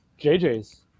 JJ's